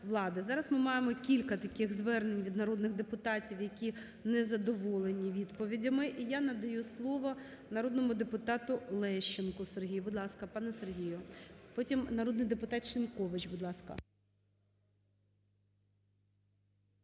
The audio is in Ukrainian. Зараз ми маємо кілька таких звернень від народних депутатів, які не задоволені відповідями, і я надаю слово народному депутату Лещенку Сергію. Будь ласка, пане Сергію. Потім народний депутат Шинькович, будь ласка.